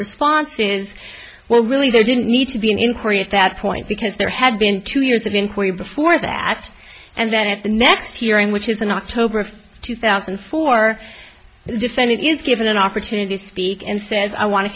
response is well really there didn't need to be an inquiry at that point because there had been two years of inquiry before the act and then at the next hearing which is in october of two thousand and four the defendant is given an opportunity to speak and says i want to